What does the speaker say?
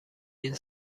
این